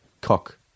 Cock